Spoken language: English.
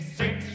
six